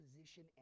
position